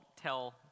tell